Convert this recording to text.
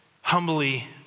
humbly